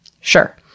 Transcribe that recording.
sure